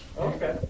Okay